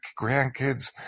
grandkids